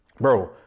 Bro